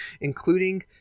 including